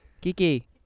Kiki